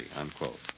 unquote